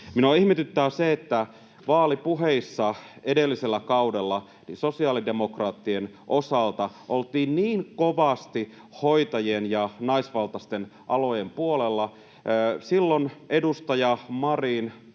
Minua ihmetyttää se, että vaalipuheissa edellisellä kaudella sosiaalidemokraattien osalta oltiin niin kovasti hoitajien ja naisvaltaisten alojen puolella. Silloin edustaja Marin